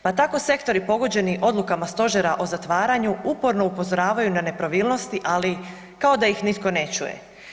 Pa tako sektori pogođeni odlukama stožera o zatvaranju uporno upozoravaju na nepravilnosti, ali kao ih nitko ne čuje.